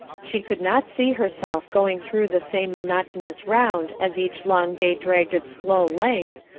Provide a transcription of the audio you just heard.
she could not see herself going through the same monotonous round as each long day dragged its slow length,